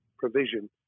provision